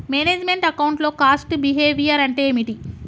Manage meant account లో cost behaviour అంటే ఏమిటి?